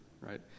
right